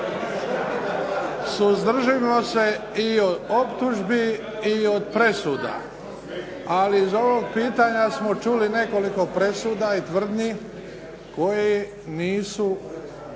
Suzdržimo se i od optužbi i od presuda. Ali iz ovog pitanja smo čuli nekoliko presuda i tvrdnji koje nisu